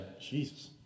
Jesus